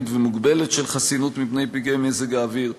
ומוגבלת של חסינות מפני פגעי מזג האוויר,